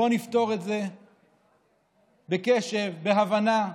בואו נפתור את זה בקשב, בהבנה.